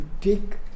take